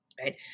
Right